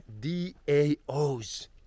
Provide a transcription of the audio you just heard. DAOs